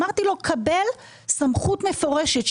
אמרתי לו קבל סמכות מפורשת.